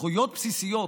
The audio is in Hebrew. זכויות בסיסיות,